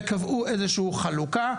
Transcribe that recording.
וקבעו איזה שהיא חלוקה,